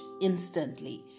instantly